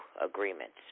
agreements